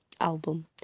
album